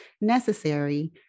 necessary